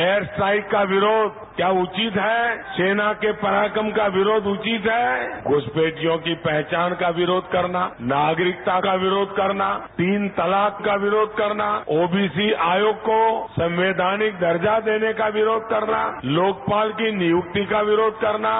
air strike का विरोध क्या उचित है सेना के प्राक्रम का विरोध उचित है घुसपैठियों की पहचान का विरोध करना नागरिकता का विरोध करना तीन तलाक का विरोध करना ओबीसी आयोग को संवैधानिक दर्जा देने का विरोध करना लोकपाल की नियुक्ति का विरोध करना